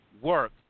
work